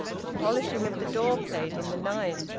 the polishing of the door-plate in the night!